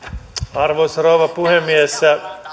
arvoisa rouva puhemies anteeksi